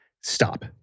stop